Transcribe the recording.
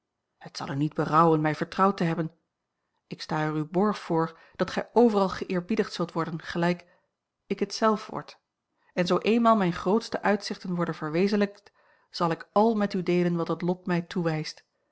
het zal u niet berouwen mij vertrouwd te hebben ik sta er u borg voor dat gij overal geëerbiedigd zult a l g bosboom-toussaint langs een omweg worden gelijk ik het zelf word en zoo eenmaal mijne grootste uitzichten worden verwezenlijkt zal ik àl met u deelen wat het lot mij toewijst